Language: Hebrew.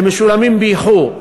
הם משולמים באיחור.